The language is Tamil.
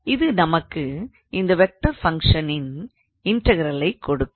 அது நமக்கு இந்த வெக்டார் ஃபங்க்ஷனின் இன்டகரல்லை கொடுக்கும்